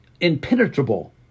impenetrable